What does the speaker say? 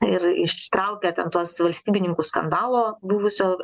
ir ištraukė ten tuos valstybininkų skandalo buvusio